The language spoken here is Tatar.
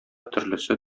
төрлесе